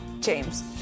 James